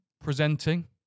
presenting